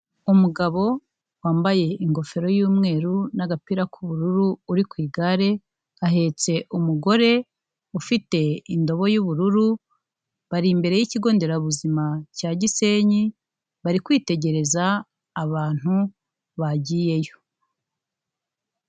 Umugabo wambaye ingofero y'umweru n'agapira k'ubururu uri ku igare, ahetse umugore ufite indobo y'ubururu, bari imbere y'Ikigo Nderabuzima cya Gisenyi, bari kwitegereza abantu bagiyeyo.